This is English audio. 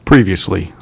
Previously